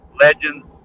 legends